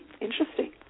Interesting